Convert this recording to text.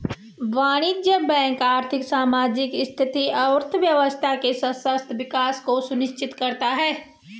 वाणिज्यिक बैंक आर्थिक, सामाजिक स्थिरता, अर्थव्यवस्था के सतत विकास को सुनिश्चित करता है